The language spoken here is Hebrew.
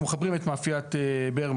אנחנו מחברים את מאפיית ברמן.